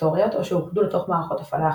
היסטוריות או שאוחדו לתוך מערכות הפעלה אחרות.